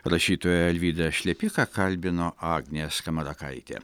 rašytoją alvydą šlepiką kalbino agnė skamarakaitė